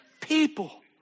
people